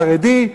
חרדי,